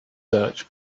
search